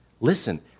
Listen